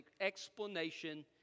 explanation